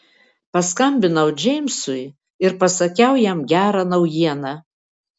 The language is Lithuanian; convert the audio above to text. paskambinau džeimsui ir pasakiau jam gerą naujieną